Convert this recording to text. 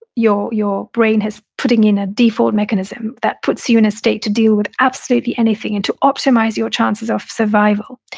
your your brain is putting in a default mechanism that puts you in a state to deal with absolutely anything and to optimize your chances of survival.